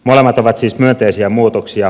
molemmat ovat siis myönteisiä muutoksia